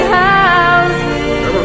houses